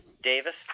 Davis